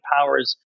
Power's